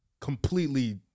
completely